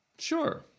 Sure